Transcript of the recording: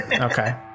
Okay